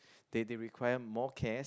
they they require more care